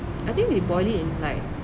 I think they boil it in like